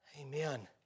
Amen